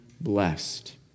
blessed